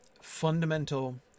fundamental